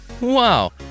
Wow